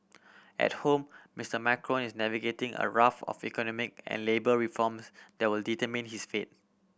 at home Mister Macron is navigating a raft of economic and labour reforms that will determine his fates